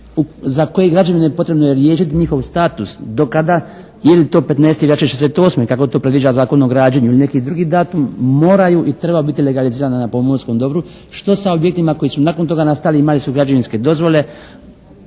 za koje građane je potrebno riješiti njihov status do kada, je li to 15. veljače 68. kako to predviđa Zakon o građenju ili neki datum, moraju i treba biti legaliziran na pomorskom dobru što sa objektima koji su nakon toga nastali i imali su građevinske dozvole